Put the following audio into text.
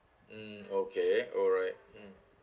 mm okay alright mm